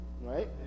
Right